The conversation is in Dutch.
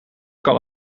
kan